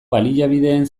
baliabideen